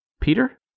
Peter